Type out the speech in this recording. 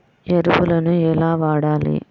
ఎరువులను ఎలా వాడాలి?